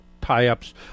tie-ups